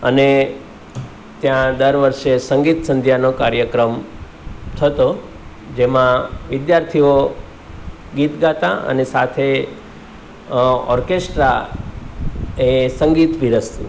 અને ત્યાં દર વર્ષે સંગીત સંધ્યાનો કાર્યક્રમ થતો જેમાં વિદ્યાર્થીઓ ગીત ગાતા અને સાથે ઓર્કેસ્ટ્રા એ સંગીત પીરસતું